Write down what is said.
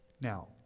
Now